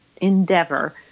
endeavor